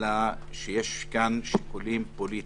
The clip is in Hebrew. אלא שיש כאן שיקולים פוליטיים.